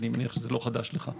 ואני מניח שזה לא חדש לך.